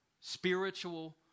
Spiritual